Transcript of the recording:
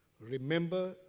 Remember